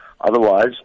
Otherwise